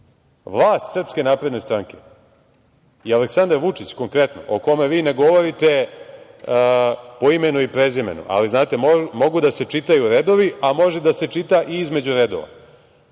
vlast SNS i Aleksandar Vučić konkretno, o kome vi ne govorite po imenu i prezimenu, ali znate, mogu da se čitaju redovi, a može da se čita i između redova.